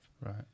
right